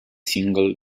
single